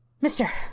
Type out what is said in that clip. Mister